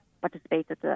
participated